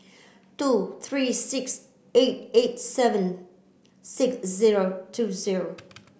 two three six eight eight seven six zero two zero